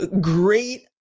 great